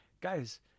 guys